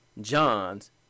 John's